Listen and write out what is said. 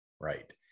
Right